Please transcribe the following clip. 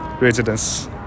residence